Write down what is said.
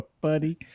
buddy